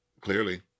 clearly